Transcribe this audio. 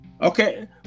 Okay